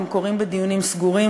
הם קורים בדיונים סגורים,